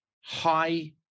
high